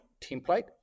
template